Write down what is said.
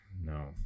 no